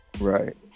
right